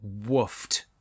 woofed